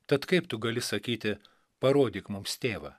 tad kaip tu gali sakyti parodyk mums tėvą